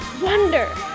wonder